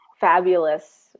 fabulous